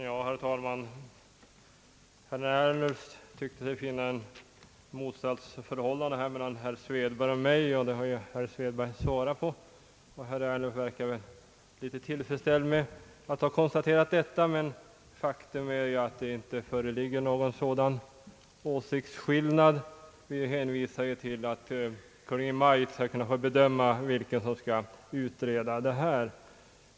Herr talman! Herr Ernulf tyckte sig finna ett motsatsförhållande mellan herr Svedberg och mig, och herr Ernulf verkade tillfredsställd över att ha konstaterat detta. Herr Svedberg har ju redan svarat på det påståendet. Faktum är att det inte föreligger någon sådan åsiktsskillnad. Vi hänvisar ju till att Kungl. Maj:t skall få bedöma vilka som skall utreda detta problem.